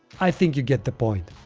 i think you get the point.